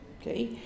okay